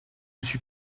suis